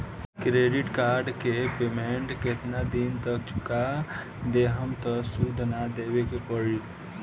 Credit card के payment केतना दिन तक चुका देहम त सूद ना देवे के पड़ी?